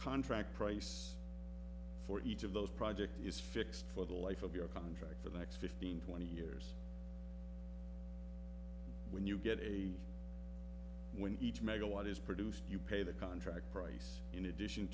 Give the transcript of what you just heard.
contract price for each of those project is fixed for the life of your contract for the next fifteen twenty years when you get a win each megawatt is produced you pay the contract price in addition